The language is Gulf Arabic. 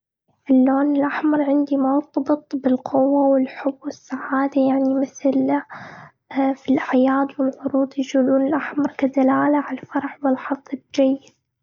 اللون الأحمر عندي مرتبط بالقوة والحب والسعادة، يعني مثلا: في الأعياد والعروض يشيلون الأحمر كدلالة على الفرح والحظ الجيد.